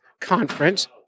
Conference